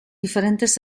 diferentes